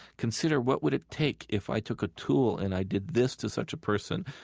consider what would it take if i took a tool and i did this to such a person,